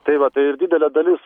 tai va tai ir didelė dalis